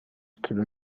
queue